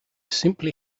simply